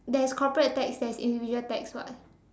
there is corporate tax there is individual tax [what]